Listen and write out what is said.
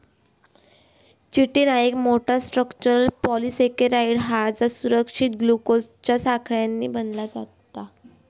chitin ह्या एक मोठा, स्ट्रक्चरल पॉलिसेकेराइड हा जा सुधारित ग्लुकोजच्या साखळ्यांनी बनला आसा